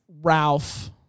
Ralph